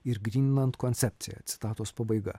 ir gryninant koncepciją citatos pabaiga